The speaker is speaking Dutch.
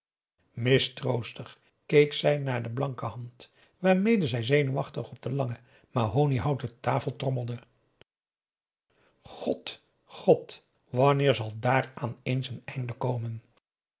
mistroostig keek zij naar de blanke hand waarmede zij zenuwachtig op de lange mahoniehouten tafel trommelde god god wanneer zal dààraan eens n einde komen